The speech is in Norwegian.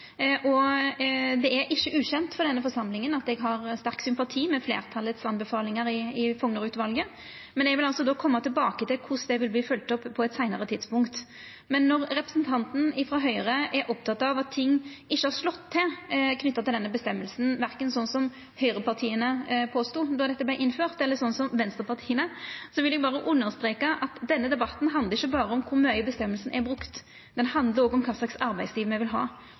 Det er ikkje ukjent for denne forsamlinga at eg har sterk sympati med anbefalingane frå fleirtalet i Fougner-utvalet, men eg vil altså koma tilbake til korleis det vil verta følgt opp, på eit seinare tidspunkt. Men når representanten frå Høgre er oppteken av at ting ikkje har slått til knytt til denne bestemminga, verken slik som høgrepartia påstod då dette vart innført, eller slik som venstrepartia sa, vil eg berre understreka at denne debatten handlar ikkje berre om kor mykje bestemminga er brukt. Debatten handlar òg om kva slags arbeidsliv me vil ha.